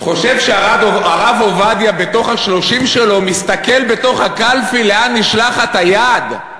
חושב שהרב עובדיה בתוך השלושים שלו מסתכל בתוך הקלפי לאן נשלחת היד,